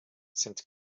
sind